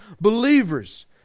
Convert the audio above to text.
believers